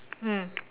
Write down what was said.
mm